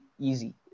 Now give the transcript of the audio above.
easy